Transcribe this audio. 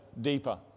deeper